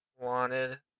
wanted